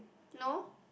no